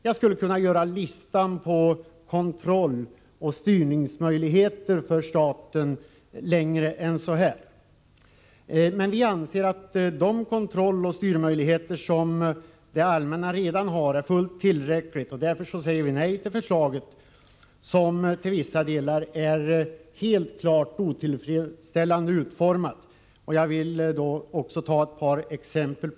Jag skulle kunna göra listan över kontrolloch styrmöjligheter för staten ännu längre. Men vi anser att de kontrolloch styrmöjligheter som det allmänna redan har är fullt tillräckliga och därför säger vi nej till förslaget, som till vissa delar är helt otillfredsställande utformat. Jag vill ge ett par exempel.